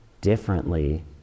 differently